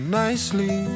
nicely